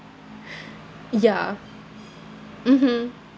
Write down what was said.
ya mmhmm